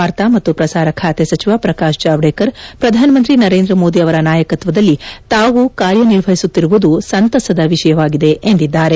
ವಾರ್ತಾ ಮತ್ತು ಪ್ರಸಾರ ಖಾತೆ ಸಚಿವ ಪ್ರಕಾಶ್ ಜಾವಡೇಕರ್ ಪ್ರಧಾನಮಂತ್ರಿ ನರೇಂದ್ರ ಮೋದಿ ಅವರ ನಾಯಕತ್ವದಲ್ಲಿ ತಾವು ಕಾರ್ಯನಿರ್ವಹಿಸುತ್ತಿರುವುದು ಸಂತಸದ ವಿಷಯವಾಗಿದೆ ಎಂದರು